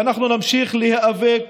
ואנחנו נמשיך להיאבק